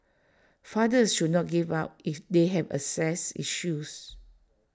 fathers should not give up if they have access issues